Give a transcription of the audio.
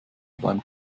beim